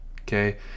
okay